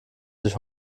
sich